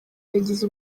yagize